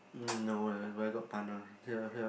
mm no leh where got time one help help